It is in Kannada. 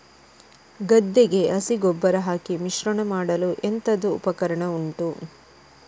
ಗದ್ದೆಗೆ ಹಸಿ ಗೊಬ್ಬರ ಹಾಕಿ ಮಿಶ್ರಣ ಮಾಡಲು ಎಂತದು ಉಪಕರಣ ಉಂಟು?